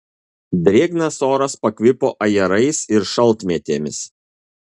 drėgnas oras pakvipo ajerais ir šaltmėtėmis